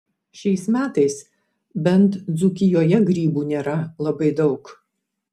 šiais metais bent dzūkijoje grybų nėra labai daug